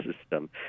system